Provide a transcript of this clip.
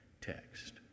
text